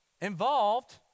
involved